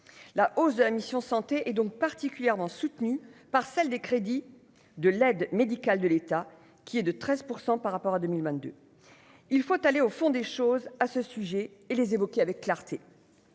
la hausse de la mission Santé et donc particulièrement par celle des crédits de l'aide médicale de l'État qui est de 13 % par rapport à 2022, il faut aller au fond des choses, à ce sujet et les évoquer avec clarté,